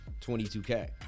22k